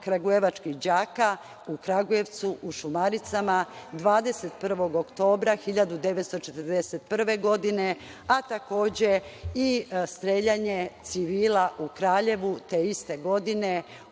kragujevačkih đaka u Kragujevcu, u Šumaricama 21. oktobra 1941. godine, a takođe i streljanje civila u Kraljevu te iste godine